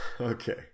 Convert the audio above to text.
Okay